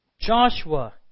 Joshua